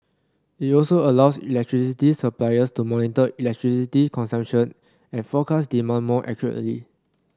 it also allows electricity suppliers to monitor electricity consumption and forecast demand more accurately